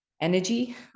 energy